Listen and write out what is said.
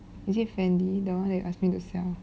is it fendi the one you ask me to sell